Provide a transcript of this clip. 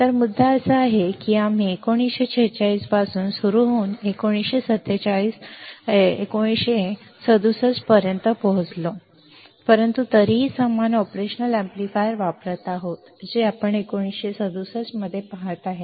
तर मुद्दा असा आहे की आम्ही 1946 पासून सुरू होऊन 1967 पर्यंत पोहचलो परंतु तरीही आम्ही समान ऑपरेशनल एम्पलीफायर वापरत आहोत जे आपण 1967 मध्ये पाहत आहोत